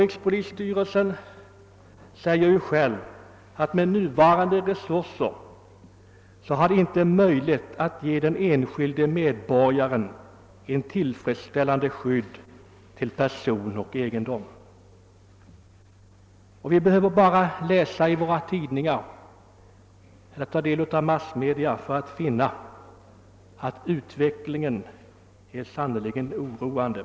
Rikspolisstyrelsen anför själv att polisen med nuvarande resurser inte har möjlighet att ge den enskilde medborgaren ett tillfredsställande skydd till person och egendom. Vi behöver bara följa med i tidningar eller andra massmedia för att finna att utvecklingen sannerligen är oroande.